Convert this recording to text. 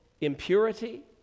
impurity